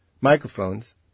microphones